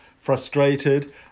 frustrated